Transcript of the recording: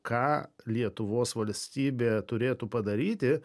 ką lietuvos valstybė turėtų padaryti